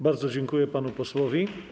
Bardzo dziękuję panu posłowi.